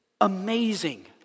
amazing